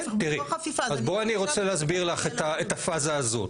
אני רוצה להסביר לך את הפאזה הזאת.